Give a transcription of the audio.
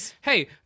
hey